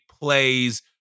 plays